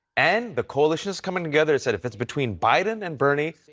and the coalition is coming together, said if it's between biden and bernie,